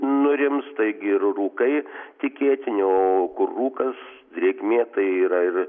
nurims taigi ir rūkai tikėtini o rūkas drėgmė tai yra ir